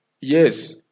Yes